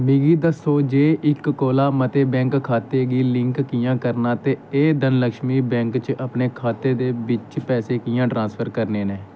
मिगी दस्सो जे इक कोला मते बैंक खातें गी लिंक कि'यां करना ऐ ते धनलक्ष्मी बैंक बिच्च अपने खाते दे बिच्च पैसे कि'यां ट्रांसफर करने न